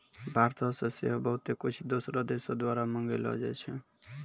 भारतो से सेहो बहुते कुछु दोसरो देशो द्वारा मंगैलो जाय छै